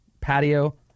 patio